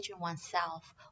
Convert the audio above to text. oneself